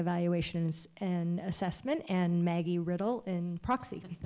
evaluations and assessment and maggie read all and proxy